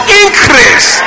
increase